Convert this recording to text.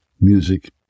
music